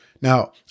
Now